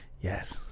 Yes